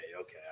okay